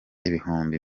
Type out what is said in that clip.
ibihumbi